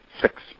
six